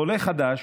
עולה חדש,